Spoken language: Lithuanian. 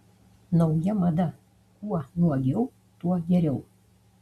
nauja mada kuo nuogiau tuo geriau